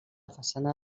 façana